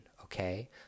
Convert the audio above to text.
okay